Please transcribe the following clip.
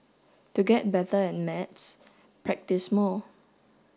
to get better at maths practise more